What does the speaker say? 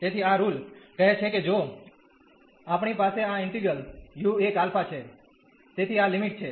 તેથી આ રુલ કહે છે કે જો આપણી પાસે આ ઈન્ટિગ્રલ u1 α છે તેથી આ લિમિટ છે